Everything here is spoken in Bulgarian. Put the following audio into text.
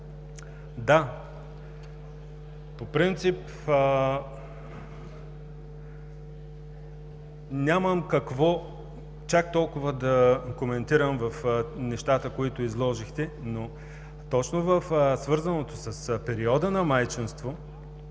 да, по принцип нямам какво чак толкова да коментирам в нещата, които изложихте, но точно в свързаното с периода на майчинство